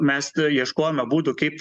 mes ieškojome būdų kaip